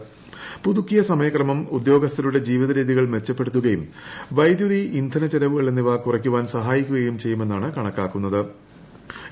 പുതുക്കിയ സമയക്രമം ഉദ്യോഗസ്ഥരുടെ ജീവിതരീതികൾ മെച്ച്പ്പെടുത്തുകയും വൈദ്യുതി ഇന്ധന ചെലവുകൾ എന്നിവ കുറയ്ക്കുപ്പാൻ സഹായിക്കുകയും ചെയ്യുമെന്നാണ് കണക്കാക്കുന്നത്ത്